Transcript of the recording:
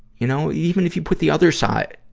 you know, even if you put the other side,